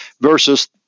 versus